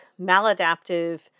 maladaptive